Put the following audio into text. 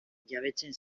jabetzen